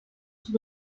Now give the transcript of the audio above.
sont